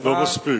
לא מספיק.